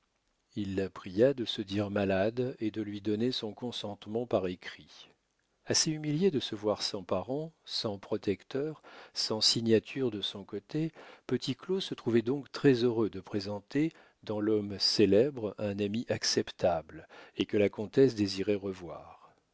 il la pria de se dire malade et de lui donner son consentement par écrit assez humilié de se voir sans parents sans protecteurs sans signature de son côté petit claud se trouvait donc très-heureux de présenter dans l'homme célèbre un ami acceptable et que la comtesse désirait revoir